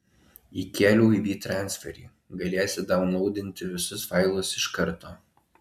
įkėliau į vytransferį galėsi daunlaudinti visus failus iš karto